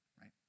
right